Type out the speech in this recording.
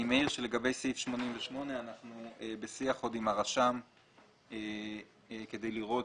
אני מעיר שלגבי סעיף 88 אנחנו בשיח עם הרשם כדי לראות